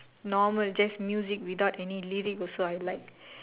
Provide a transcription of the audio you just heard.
normal just music without any lyric also I like